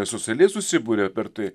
socialiai susiburia per tai